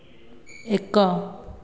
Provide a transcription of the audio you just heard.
ଏକ